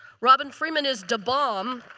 robin freeman is da bomb.